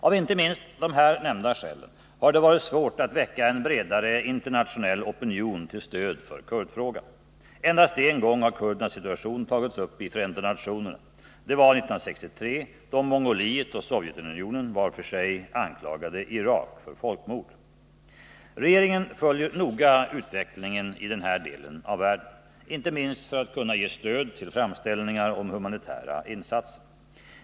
Av inte minst här nämnda skäl har det varit svårt att väcka en bredare internationell opinion till stöd för kurdfrågan. Endast en gång har kurdernas situation tagits upp i FN. Det var 1963 då Mongoliet och Sovjetunionen var för sig anklagade Irak för folkmord. Regeringen följer noga utvecklingen i denna del av världen, inte minst för att kunna ge stöd till framställningar om humanitära insatser.